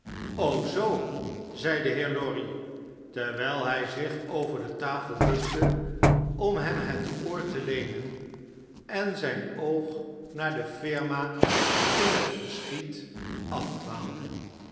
zoo i zei de heer lorry terwijl hjj zich over de tafel bukte om hem het oorteleenen en zijn oog naar de mrma in het verschiet afdwaalde